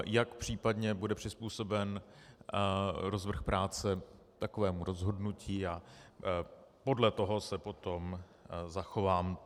Uvidíme, jak případně bude přizpůsoben rozvrh práce takovému rozhodnutí, a podle toho se potom zachovám.